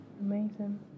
amazing